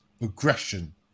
aggression